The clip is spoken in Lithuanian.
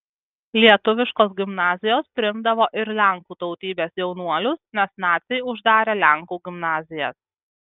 lietuviškos gimnazijos priimdavo ir lenkų tautybės jaunuolius nes naciai uždarė lenkų gimnazijas